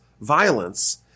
violence